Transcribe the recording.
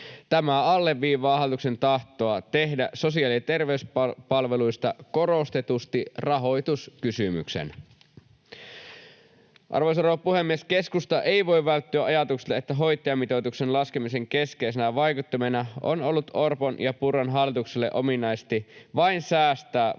Tämä alleviivaa hallituksen tahtoa tehdä sosiaali- ja terveyspalveluista korostetusti rahoituskysymys. Arvoisa rouva puhemies! Keskusta ei voi välttyä ajatukselta, että hoitajamitoituksen laskemisen keskeisenä vaikuttimena on ollut Orpon ja Purran hallitukselle ominaisesti vain säästää valtion